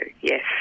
yes